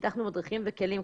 פיתחנו מדריכים וכלים.